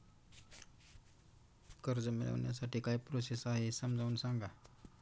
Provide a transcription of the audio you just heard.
कर्ज मिळविण्यासाठी काय प्रोसेस आहे समजावून सांगा